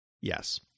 Yes